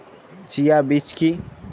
Chia বীজ কী?